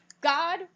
God